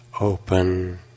open